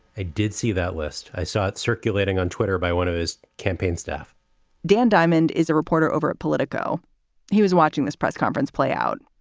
i did see that list. i saw it circulating on twitter by one of his campaign staff dan dimond is a reporter over at politico he was watching this press conference play out,